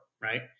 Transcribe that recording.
right